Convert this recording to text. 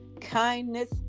Kindness